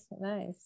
Nice